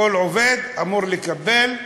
כל עובד אמור לקבל,